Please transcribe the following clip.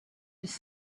his